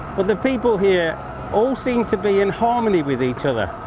but the people here all seem to be in harmony with each other.